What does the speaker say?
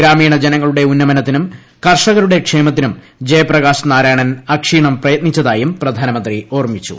ഗ്രാമീണ ജനങ്ങളുടെ ഉന്നമനത്തിനും കർഷകരുടെ ക്ഷേമത്തിനും ജയപ്രകാശ് നാരായണൻ അക്ഷീണം പ്രയത്നിച്ചതായും പ്രധാനമന്ത്രി ഓർമ്മിച്ചു